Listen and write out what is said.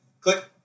click